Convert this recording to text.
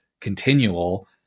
continual